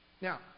Now